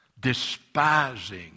despising